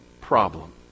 problem